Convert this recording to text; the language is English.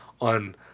on